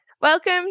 Welcome